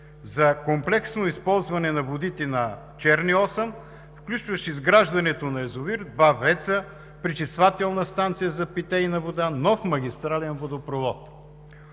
за комплексно използване на водите на Черни Осъм, включващ изграждането на язовир, два ВЕЦ-а, пречиствателна станция за питейна вода, нов магистрален водопровод.